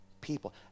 people